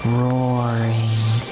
roaring